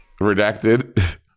Redacted